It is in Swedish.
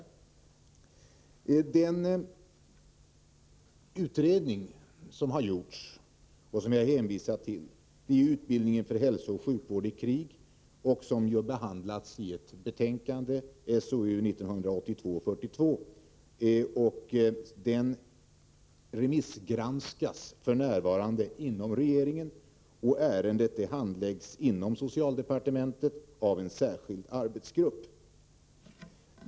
Den utredning som har gjorts, och som jag hänvisar till, gäller utbildningen för hälsooch sjukvård vid katastrofer och i krig och behandlas i SOU 1982:42. Denna utredning remissgranskas för närvarande inom regeringen, och ärendet handläggs inom socialdepartementet av en särskild arbetsgrupp.